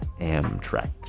Amtrak